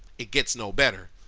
it gets no better.